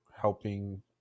helping